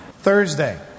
Thursday